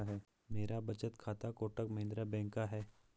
मेरा बचत खाता कोटक महिंद्रा बैंक का है